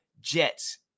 Jets